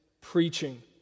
preaching